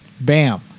Bam